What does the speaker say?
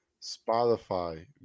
Spotify